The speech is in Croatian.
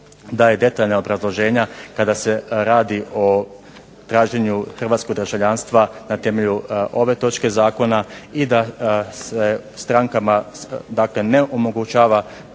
daje detaljna obrazloženja kada se radi o građaninu hrvatskog državljanstva na temelju ove točke zakona i da se strankama dakle ne omogućava